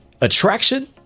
attraction